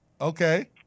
Okay